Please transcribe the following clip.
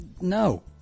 No